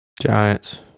Giants